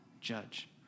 judge